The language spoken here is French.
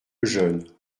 lejeune